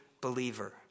believer